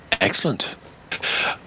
Excellent